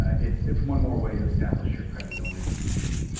it's it's one more way to establish your credibility on an issue.